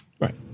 Right